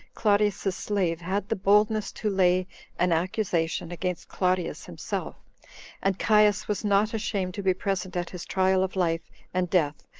claudius's slave, had the boldness to lay an accusation against claudius himself and caius was not ashamed to be present at his trial of life and death,